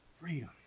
freedom